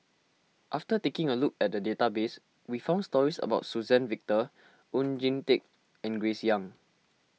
after taking a look at the database we found stories about Suzann Victor Oon Jin Teik and Grace Young